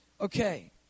Okay